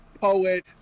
poet